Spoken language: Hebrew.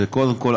קודם כול,